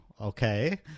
okay